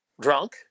drunk